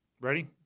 Ready